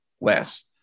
less